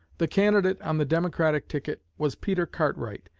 the candidate on the democratic ticket was peter cartwright,